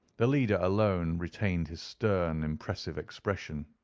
the leader alone retained his stern, impressive expression.